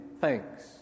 thanks